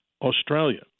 Australia